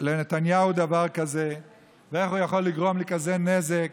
לנתניהו דבר כזה ואיך הוא יכול לגרום לכזה נזק